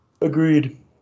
Agreed